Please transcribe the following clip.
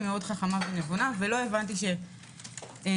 חכמה ונבונה ולא הבנתי שנפגעתי.